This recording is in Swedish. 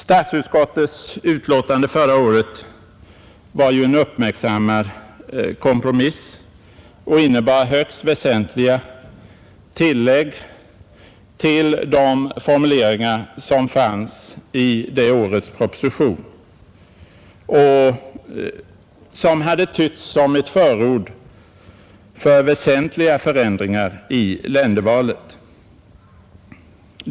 Statsutskottets utlåtande förra året var ju en uppmärksammad kompromiss och innebar högst väsentliga tillägg till de formuleringar som fanns i det årets proposition och som hade tytts som ett förord för väsentliga förändringar i ländervalet.